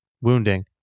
wounding